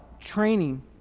training